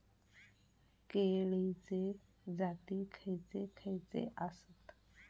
केळीचे जाती खयचे खयचे आसत?